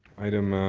item